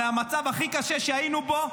מהמצב הכי קשה שהיינו בו,